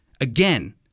Again